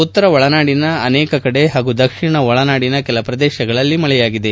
ಉತ್ತರ ಒಳನಾಡಿನ ಅನೇಕ ಹಾಗೂ ದಕ್ಷಿಣ ಒಳನಾಡಿನ ಕೆಲ ಪ್ರದೇಶಗಳಲ್ಲಿ ಮಳೆಯಾಗಿದೆ